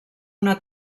una